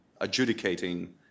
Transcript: adjudicating